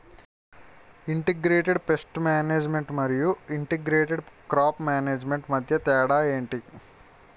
integrated pest management మరియు integrated crop management మధ్య తేడా ఏంటి